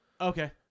Okay